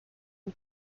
and